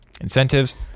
incentives